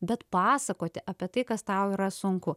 bet pasakoti apie tai kas tau yra sunku